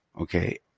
Okay